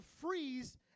freeze